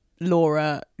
Laura